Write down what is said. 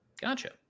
Gotcha